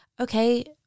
okay